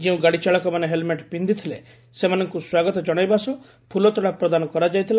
ଯେଉଁ ଗାଡ଼ିଚାଳକମାନେ ହେଲମେଟ ପିକ୍ଷି ଥିଲେ ସେମାନଙ୍କୁ ସ୍ୱାଗତ ଜଶାଇବା ସହ ଫୁଲ ତୋଡ଼ା ପ୍ରଦାନ କରାଯାଇଥିଲା